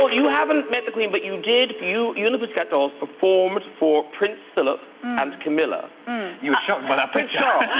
but you haven't met the queen but you did you eula biss guitars performed for prince philip and camilla you shot one a picture